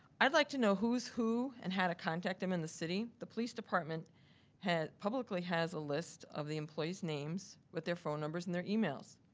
i'd like to know who's who and how to contact them in the city. the police department publicly has a list of the employee's names with their phone numbers and their emails.